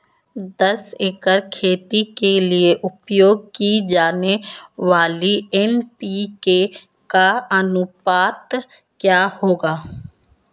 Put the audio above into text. दस एकड़ खेती के लिए उपयोग की जाने वाली एन.पी.के का अनुपात क्या होगा?